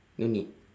no need